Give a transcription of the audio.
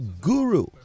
guru